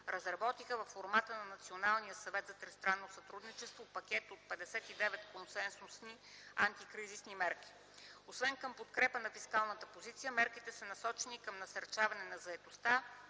разработиха във формата на Националния съвет за тристранно сътрудничество пакет от 59 консенсусни антикризисни мерки. Освен към подкрепа на фискалната позиция мерките са насочени към насърчаване на заетостта,